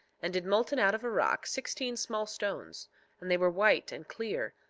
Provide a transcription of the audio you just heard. and did molten out of a rock sixteen small stones and they were white and clear,